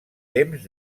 temps